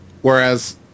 Whereas